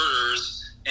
murders